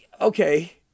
okay